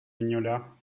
mignola